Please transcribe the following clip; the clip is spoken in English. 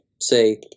say